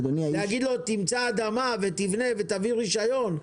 להגיד לו: תמצא אדמה ותבנה ותביא רישיון,